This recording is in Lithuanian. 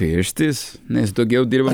pirštais nes daugiau dirba